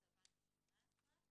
התשע"ט